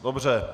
Dobře.